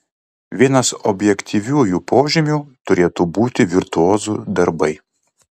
vienas objektyviųjų požymių turėtų būti virtuozų darbai